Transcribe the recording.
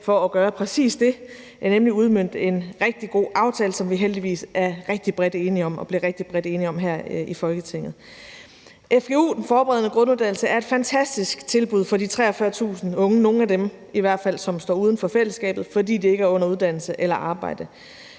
for at gøre præcis det, nemlig udmønte en rigtig god aftale, som vi heldigvis er og blev rigtig bredt enige om her i Folketinget. Fgu'en, den forberedende grunduddannelse, er et fantastisk tilbud for de 43.000 unge – i hvert fald nogle af dem – som står uden for fællesskabet, fordi de ikke er under uddannelse eller i arbejde.